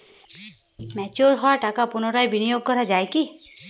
Mature হওয়া টাকা পুনরায় বিনিয়োগ করা য়ায় কি?